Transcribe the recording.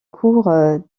cour